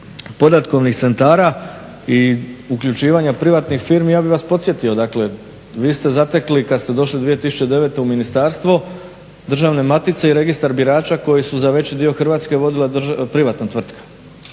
podatkovnih centara i uključivanja privatnih firmi, ja bih vas podsjetio dakle vi ste zatekli kad ste došli 2009. u ministarstvo državne matice i registar birača koji su za veći dio Hrvatske vodila privatna tvrtka.